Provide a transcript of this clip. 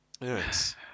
Yes